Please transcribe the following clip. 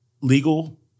legal